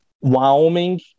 Wyoming